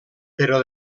però